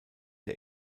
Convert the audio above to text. der